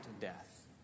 death